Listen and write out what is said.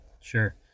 Sure